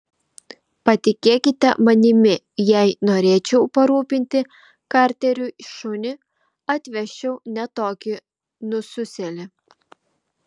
patikėkite manimi jei norėčiau parūpinti karteriui šunį atvesčiau ne tokį nususėlį